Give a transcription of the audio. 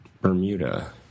Bermuda